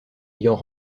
ayant